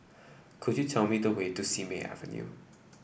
could you tell me the way to Simei Avenue